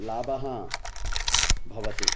लाभः भवति